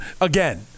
again